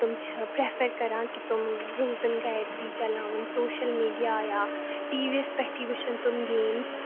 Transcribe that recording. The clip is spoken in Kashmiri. تِم چھِ پرٛیٚفَر کَران کہِ تِم روزَن گَرِی بیٚیہِ چَلاوَن سوشَل میٖڈیا یا ٹی وِیَس پیٚٹھٕے وُچھَن تِم گیمٕز